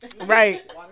Right